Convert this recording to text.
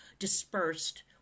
dispersed